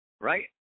right